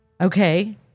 Okay